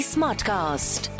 Smartcast